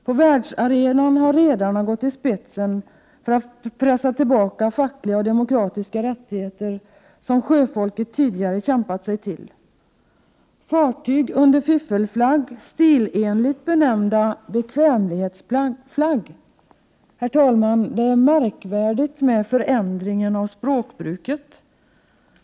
På världsarenan har redarna gått i spetsen för att pressa tillbaka fackliga och demokratiska rättigheter som sjöfolket tidigare kämpat sig till. Fartyg under fiffelflagg, stilenligt benämnd ”bekvämlighetsflagg”, tjänar grova pengar på underbetalda och trakasserade sjömän, oftast från Asien. Herr talman! Förändringen av språkbruket här är märklig.